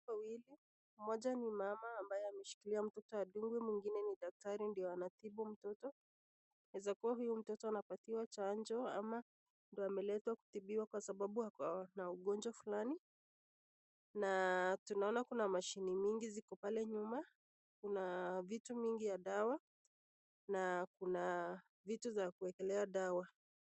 Watu wawili, mmoja ni mama aliyeshikilia mtoto adungwe na huyo mwingine ni daktari anayetibu mtoto. Inaweza kua huyu mtoto anapewa chanjo ama ameletwa kutimbiwa kwa sababu ako na ugonjwa fulani. Kuna machini mingi ziko pale nyuma ,vitu mingi ya dawa na vitu za kuwekelea dawa.